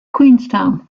queenstown